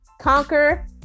conquer